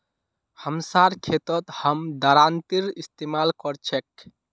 हमसार खेतत हम दरांतीर इस्तेमाल कर छेक